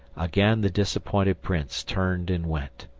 again the disappointed prince turned and went.